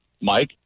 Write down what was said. Mike